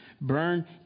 burn